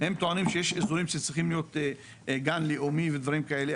הם טוענים שיש אזורים שצריכים להיות גן לאומי ודברים כאלה,